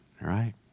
right